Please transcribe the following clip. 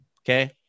okay